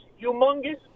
humongous